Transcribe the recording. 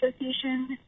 Association